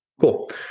Cool